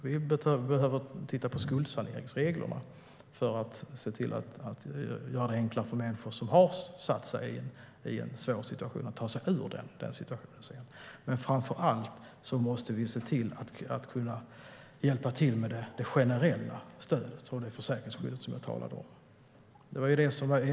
Vi behöver titta på skuldsaneringsreglerna för att göra det enklare för människor som har satt sig i en svår situation att ta sig ur den situationen. Men framför allt måste vi se till att hjälpa till med det generella stödet, det försäkringsskydd som jag talade om.